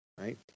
right